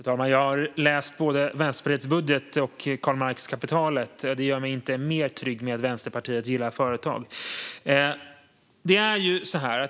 Fru talman! Jag har läst både Vänsterpartiets budget och Karl Marx Kapitalet . Det gör mig inte mer trygg med att Vänsterpartiet gillar företag.